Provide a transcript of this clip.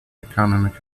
economic